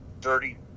dirty